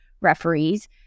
referees